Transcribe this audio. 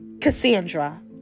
Cassandra